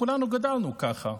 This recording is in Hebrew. כולנו גדלנו ככה?